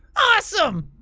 awesome.